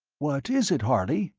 what is it, harley?